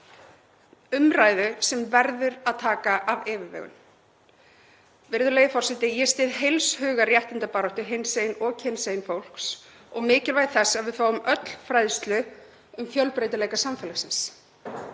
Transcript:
umræða sem verður að taka af yfirvegun. Virðulegi forseti. Ég styð heils hugar réttindabaráttu hinsegin og kynsegin fólks og mikilvægi þess að við fáum öll fræðslu um fjölbreytileika samfélagsins.